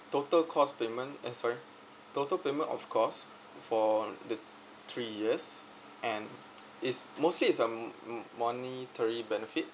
total cost payment eh sorry total payment of cost for the three years and is mostly is hmm monetary benefit